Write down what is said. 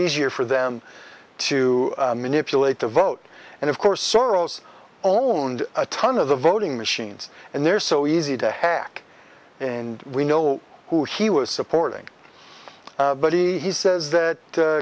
easier for them to manipulate the vote and of course soros owned a ton of the voting machines and they're so easy to hack and we know who he was supporting but he he says that